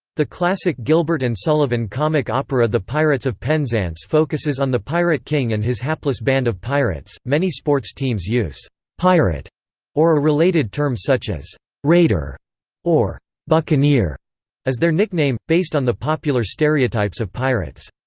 the classic gilbert and sullivan comic opera the pirates of penzance focuses on the pirate king and his hapless band of pirates many sports teams use pirate or a related term such as raider or buccaneer as their nickname, based on the popular stereotypes of pirates.